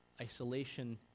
Isolation